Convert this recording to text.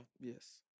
Yes